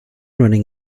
running